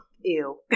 Ew